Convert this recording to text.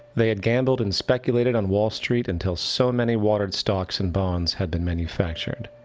they had gambled and speculated on wall street until so many watered stocks and bonds had been manufactered.